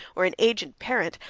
or an aged parent,